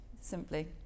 Simply